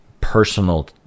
personal